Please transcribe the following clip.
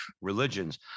religions